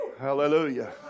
Hallelujah